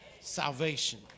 Salvation